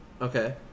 Okay